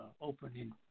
opening